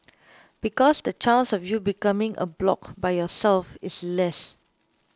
because the chance of you becoming a bloc by yourself is less